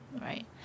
Right